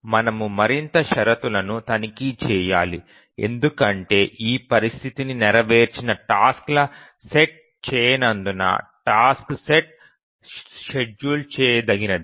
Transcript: మనము మరింత షరతులను తనిఖీ చేయాలి ఎందుకంటే ఈ పరిస్థితిని నెరవేర్చిన టాస్క్ల సెట్ చేయనందున టాస్క్ సెట్ షెడ్యూల్ చేయదగినది